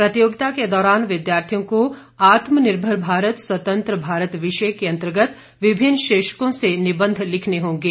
प्रतियोगिता के दौरान विद्यार्थियों को आत्मनिर्भर भारत स्वतंत्र भारत विषय के अंतर्गत विभिन्न शीर्षकों से निबंध लिखने होंगे